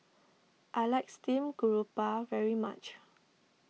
I like Steamed Garoupa very much